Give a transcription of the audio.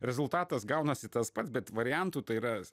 rezultatas gaunasi tas pats bet variantų tai yra